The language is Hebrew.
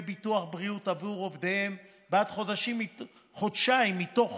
ביטוח בריאות עבור עובדיהם בעד חודשיים מתוך